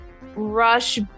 rush